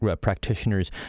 practitioners